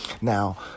now